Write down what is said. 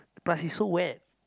plus it's so wet